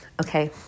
Okay